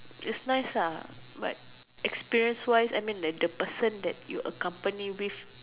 is nice lah but the experience wise the person you accompany with